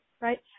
right